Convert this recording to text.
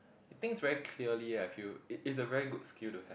he thinks very clearly eh I feel it it's a very good skill to have